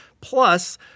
plus